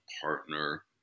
partner